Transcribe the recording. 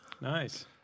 Nice